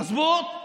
מזבוט?